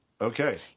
Okay